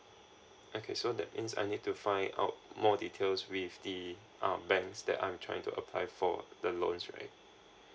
okay so that means I need to find out more details with the um banks that I'm trying to apply for the loans right